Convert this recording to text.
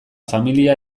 familia